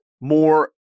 more